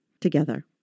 together